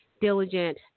diligent